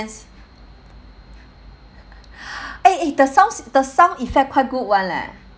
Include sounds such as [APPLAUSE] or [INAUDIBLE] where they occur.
[BREATH] eh eh the sound the sound effect quite good [one] leh